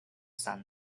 sun